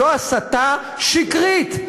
זאת הסתה שקרית,